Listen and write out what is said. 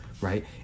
right